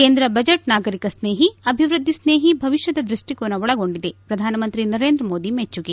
ಕೇಂದ್ರ ಬಜೆಟ್ ನಾಗರಿಕಸ್ನೇಹಿ ಅಭಿವ್ಯದ್ಧಿಸ್ನೇಹಿ ಭವಿಷ್ಯದ ದೃಷ್ಟಿಕೋನ ಒಳಗೊಂಡಿದೆ ಪ್ರಧಾನಮಂತ್ರಿ ನರೇಂದ್ರ ಮೋದಿ ಮೆಚ್ಚುಗೆ